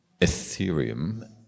Ethereum